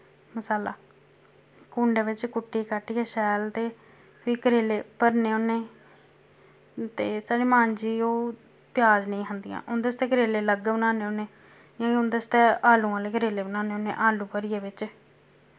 मसाला कुंडें बिच्च कुट्टी काटियै शैल ते फ्ही करेले भरने होन्ने ते साढ़ी मां जी ओह् प्याज नेईं खंदियां उं'दे आस्तै करेले अलग बनान्ने होन्ने जि'यां कि उं'दे आस्तै आलू आह्ले करेले बनान्ने होन्ने आलू भरियै बिच्च